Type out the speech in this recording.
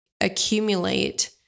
accumulate